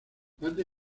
antes